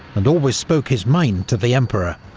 and always spoke his mind to the emperor.